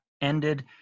ended